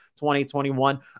2021